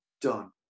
done